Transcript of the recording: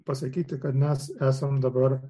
pasakyti kad mes esam dabar